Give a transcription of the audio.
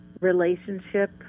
relationship